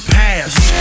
past